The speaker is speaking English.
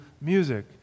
music